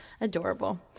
Adorable